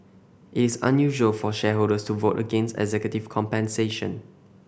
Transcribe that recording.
it is unusual for shareholders to vote against executive compensation